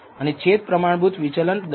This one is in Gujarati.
અને છેદ પ્રમાણભૂત વિચલન દર્શાવે છે